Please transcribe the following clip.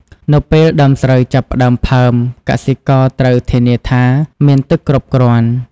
នៅពេលដើមស្រូវចាប់ផ្តើមផើម កសិករត្រូវធានាថាមានទឹកគ្រប់គ្រាន់។